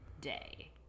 day